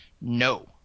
No